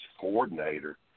coordinator